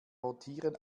rotieren